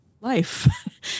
life